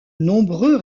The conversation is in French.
nombreux